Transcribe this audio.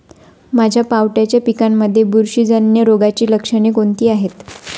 माझ्या पावट्याच्या पिकांमध्ये बुरशीजन्य रोगाची लक्षणे कोणती आहेत?